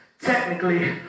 Technically